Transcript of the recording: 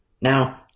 now